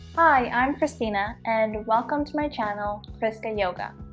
hi, i'm christina and welcome to my channel chriskayoga!